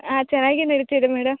ಹಾಂ ಚೆನ್ನಾಗೇ ನಡಿತಿದೆ ಮೇಡಮ್